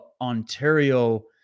Ontario